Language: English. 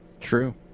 True